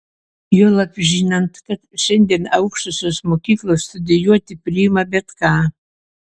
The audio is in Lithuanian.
juolab žinant kad šiandien aukštosios mokyklos studijuoti priima bet ką